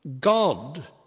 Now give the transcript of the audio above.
God